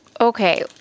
okay